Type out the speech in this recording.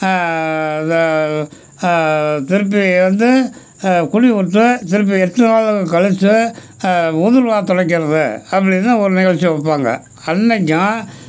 அதை திருப்பி வந்து குழிவிட்டு திருப்பி எட்டு நாளுக்கு கழிச்சு உதுர்வாக துடைக்கிறது அப்படின்னு ஒரு நிகழ்ச்சி வைப்பாங்க அன்னைக்கும்